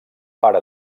pare